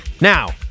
Now